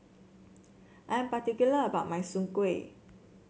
I am particular about my Soon Kueh